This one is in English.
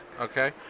okay